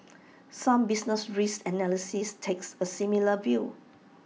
some business risk analysts takes A similar view